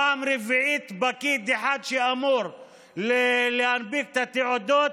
פעם רביעית פקיד אחד שאמור להנפיק את התעודות,